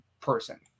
person